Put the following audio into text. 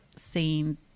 seen